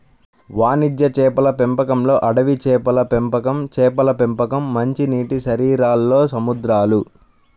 వాణిజ్య చేపల పెంపకంలోఅడవి చేపల పెంపకంచేపల పెంపకం, మంచినీటిశరీరాల్లో సముద్రాలు